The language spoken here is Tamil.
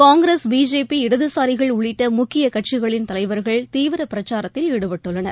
காங்கிரஸ் பிஜேபி இடதுசாரிகள் உள்ளிட்டமுக்கியகட்சிகளின் தலைவர்கள் தீவிரப்பிரச்சாரத்தில் ஈடுபட்டுள்ளனர்